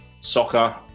soccer